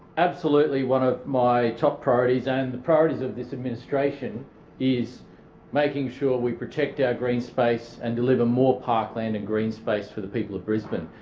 absolutely one of my top priorities and the priorities of this administration is making sure we protect yeah our green space and deliver more parkland and green space for the people of brisbane.